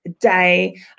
Day